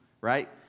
right